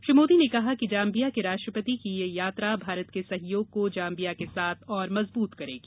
श्री मोदी ने कहा कि जाम्बिया के राष्ट्रपति की यह यात्रा भारत के सहयोग को जाम्बिया के साथ और मजबूत करेगी